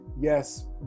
Yes